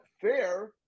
fair